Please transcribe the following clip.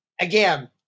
Again